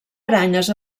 aranyes